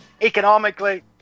economically